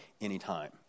anytime